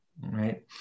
Right